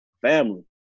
family